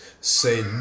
say